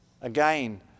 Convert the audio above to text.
Again